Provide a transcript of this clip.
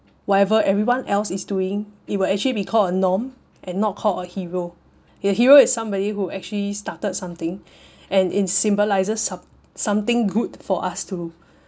whatever everyone else is doing it would actually be called a norm and not called a hero a hero is somebody who actually started something and in symbolises some~ something good for us to